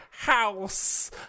house